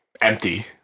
empty